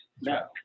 No